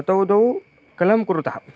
तौ व्दौ कलं कुरुतः